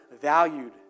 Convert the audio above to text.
valued